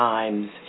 Times